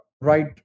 right